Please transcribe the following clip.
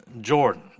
Jordan